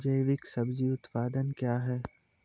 जैविक सब्जी उत्पादन क्या हैं?